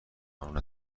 قانون